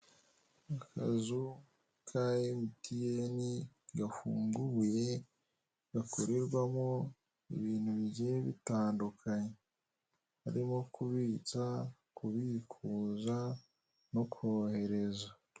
Akazu ka emutiyeni gafunguye gakorerwamo ibintu bigiye bitandukanye, harimo kubitsa, kubikuza, no kohereza